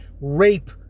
rape